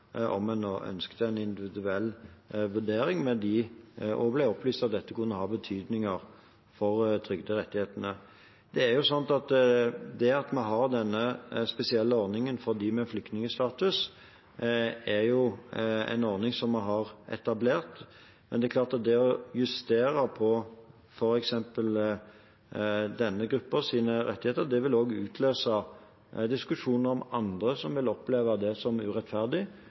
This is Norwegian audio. om man ønsket en individuell vurdering, og man ble opplyst om at dette kunne ha betydning for trygderettighetene. Vi har denne spesielle ordningen for dem med flyktningstatus. Det er en ordning vi har etablert. Å justere f.eks. denne gruppens rettigheter vil utløse diskusjon om andre, som vil oppleve det som urettferdig,